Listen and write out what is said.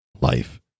life